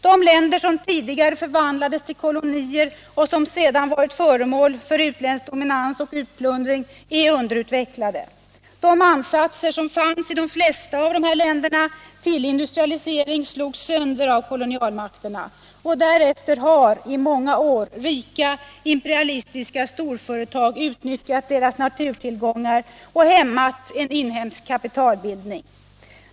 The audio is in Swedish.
De länder som tidigare förvandlades till kolonier och som sedan varit föremål för utländsk dominans och utplundring är underutvecklade. De ansatser som fanns i de flesta av dessa länder till industrialisering slogs sönder av kolonialmakterna. Och därefter har i många år rika, imperialistiska storföretag utnyttjat deras naturtillgångar och hämmat en inhemsk kapitalbildning.